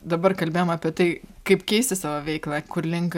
dabar kalbėjom apie tai kaip keisti savo veiklą kur link